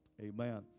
Amen